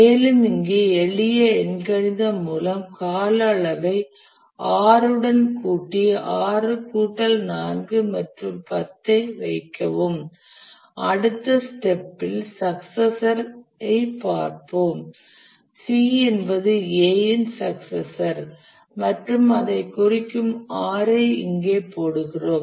மேலும் இங்கே எளிய எண்கணிதம் மூலம் கால அளவை 6 உடன் கூட்டி 6 4 மற்றும் 10 ஐ வைக்கவும் அடுத்த ஸ்டெப்பில் சக்சசர் ஐ பார்ப்போம் C என்பது A இன் சக்சசர் மற்றும் அதைக் குறிக்கும் 6 ஐ இங்கே போடுகிறோம்